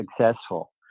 successful